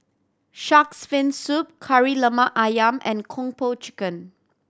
Shark's Fin Soup Kari Lemak Ayam and Kung Po Chicken